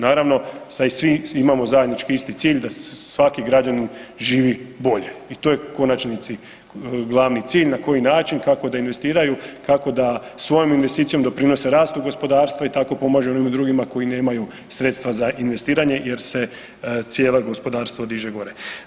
Naravno da i svi imamo zajednički isti cilj da svaki građanin živi bolje i to je u konačnici glavni cilj na koji način kako da investiraju, kako da svojom investicijom doprinose rastu gospodarstva i tako pomažu onim drugima koji nemaju sredstva za investiranje jer se cijelo gospodarstvo diže gore.